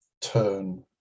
turn